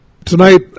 Tonight